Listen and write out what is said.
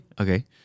Okay